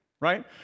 right